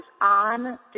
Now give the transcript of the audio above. on